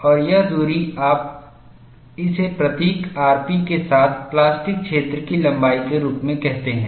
और यह दूरी आप इसे प्रतीक rp के साथ प्लास्टिक क्षेत्र की लंबाई के रूप में कहते हैं